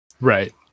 Right